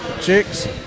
chicks